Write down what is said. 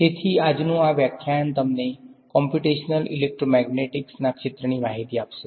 તેથી આજનુ આ વ્યાખ્યાયન તમને કોમ્પ્યુટેશનલ ઇલેક્ટ્રોમેગ્નેટિક્સના ક્ષેત્રની માહીતી આપશે